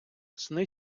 сни